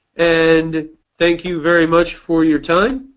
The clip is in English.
and thank you very much for your time.